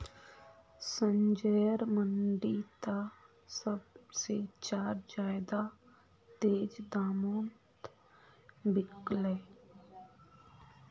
संजयर मंडी त सब से चार ज्यादा तेज़ दामोंत बिकल्ये